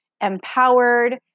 empowered